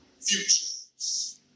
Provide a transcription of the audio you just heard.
futures